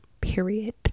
Period